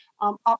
up